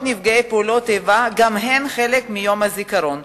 נפגעי פעולות האיבה גם הן חלק מיום הזיכרון.